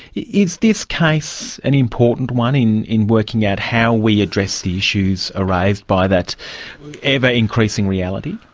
is this case an important one in in working out how we address the issues ah raised by that ever-increasing reality?